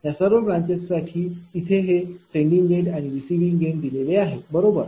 ह्या सर्व ब्रांचेस साठी इथे हे सेंडिंग एन्ड आणि रिसिविंग एन्ड दिलेले आहेत बरोबर